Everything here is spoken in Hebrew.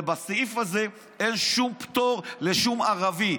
ובסעיף הזה אין שום פטור לשום ערבי.